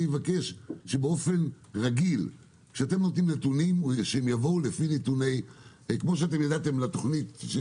אני מבקש שבאופן רגיל כשאתם מציגים נתונים כפי שאתם ידעתם לתוכנית של